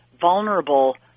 vulnerable